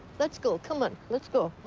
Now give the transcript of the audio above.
let's go. come on. let's go.